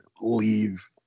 leave